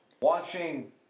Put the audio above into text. Watching